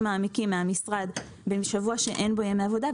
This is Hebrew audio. מעמיקים מהמשרד בשבוע שאין בו ימי עבודה.